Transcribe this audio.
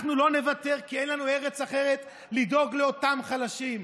אנחנו לא נוותר כי אין לנו ארץ אחרת לדאוג לאותם חלשים.